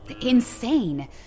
insane